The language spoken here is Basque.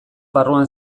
barruan